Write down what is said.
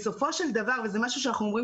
בסופו של דבר וזה משהו שאנחנו אומרים